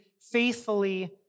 faithfully